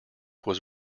was